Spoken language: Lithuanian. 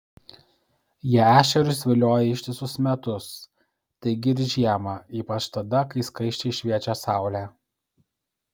jie ešerius vilioja ištisus metus taigi ir žiemą ypač tada kai skaisčiai šviečia saulė